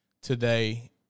today